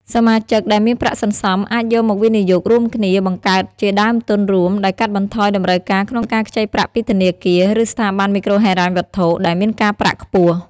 សមាជិកដែលមានប្រាក់សន្សំ អាចយកមកវិនិយោគរួមគ្នា បង្កើតជាដើមទុនរួម ដែលកាត់បន្ថយតម្រូវការក្នុងការខ្ចីប្រាក់ពីធនាគារ ឬស្ថាប័នមីក្រូហិរញ្ញវត្ថុដែលមានការប្រាក់ខ្ពស់។